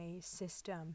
system